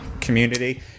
community